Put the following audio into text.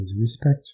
respect